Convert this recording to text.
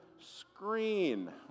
screen